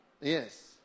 Yes